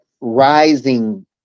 rising